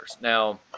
Now